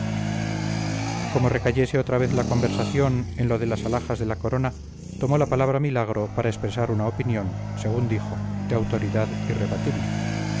como recayese otra vez la conversación en lo de las alhajas de la corona tomó la palabra milagro para expresar una opinión según dijo de autoridad irrebatible